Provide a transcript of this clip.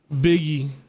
Biggie